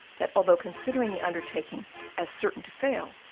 that although considering the undertaking as certain to fail,